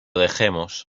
dejemos